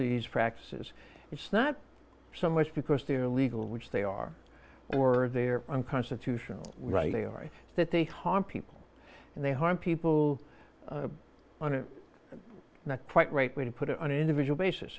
these practices it's not so much because they're legal which they are or they are unconstitutional rightly ari that they harm people and they harm people on it quite right way to put it on an individual basis